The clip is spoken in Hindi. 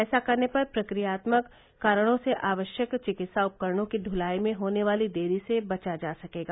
ऐसा करने पर प्रक्रियात्मक कारणों से आवश्यक चिकित्सा उपकरणों की ढुलाई में होने वाली देरी से बचा जा सकेगा